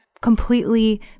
completely